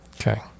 okay